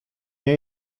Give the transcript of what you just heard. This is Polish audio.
nie